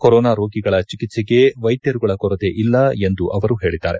corona ರೋಗಿಗಳ ಚಿಕಿತ್ಸೆಗೆ ವೈದ್ಯರುಗಳ ಕೊರತೆ ಇಲ್ಲ ಎಂದು ಅವರು ಹೇಳಿದ್ದಾರೆ